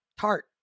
tart